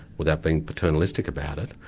without being paternalistic about it,